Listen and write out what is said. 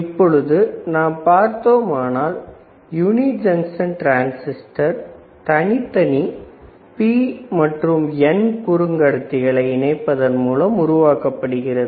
இப்பொழுது நாம் பார்த்தோமானால் யுனி ஜங்ஷன் டிரன்சிஸ்டர் தனித்தனி P மற்றும் N குறைகடத்திகளை இணைப்பதன் மூலம் உருவாக்கப்படுகிறது